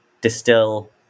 distill